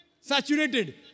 saturated